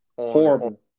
Horrible